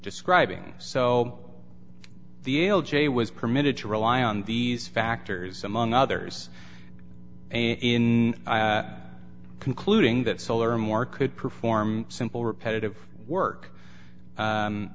describing so the l j was permitted to rely on these factors among others and in concluding that solar more could perform simple repetitive work